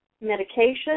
medication